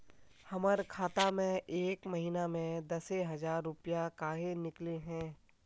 हमर खाता में एक महीना में दसे हजार रुपया काहे निकले है?